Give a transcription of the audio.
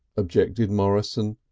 objected morrison,